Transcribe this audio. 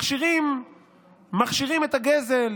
מכשירים את הגזל.